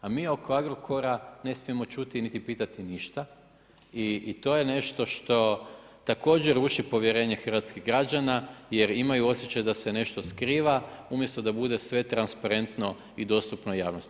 A mi oko Agrokora ne smijemo čuti niti pitati ništa i to je nešto što također ruši povjerenje hrvatskih građana jer imaju osjećaj da se nešto skriva, umjesto da bude sve transparentno i dostupno javnosti.